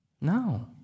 No